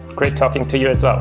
great talking to you as well.